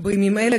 בימים אלה,